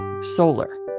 solar